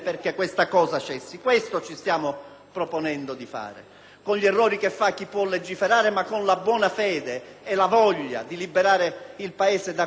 con gli errori che fa chi può legiferare, ma con la buona fede e la voglia di liberare il Paese da una ferita terribile per la democrazia. Mi sarei aspettato